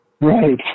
Right